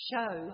Show